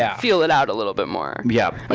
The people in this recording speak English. yeah feel it out a little bit more. yeah i'm